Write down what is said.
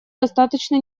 достаточно